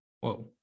Whoa